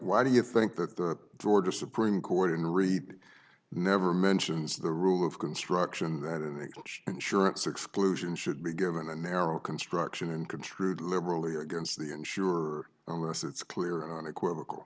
why do you think that the georgia supreme court and read never mentions the rule of construction that an insurance exclusion should be given a narrow construction and construed liberally or against the insurer on this it's clear on equivocal